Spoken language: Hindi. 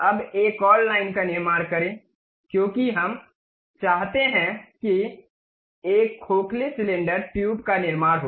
अब एक और लाइन का निर्माण करें क्योंकि हम चाहते हैं कि एक खोखले सिलेंडर ट्यूब का निर्माण हो